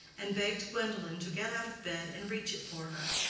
and begged gwendolen to get out of bed and reach it for her.